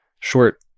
short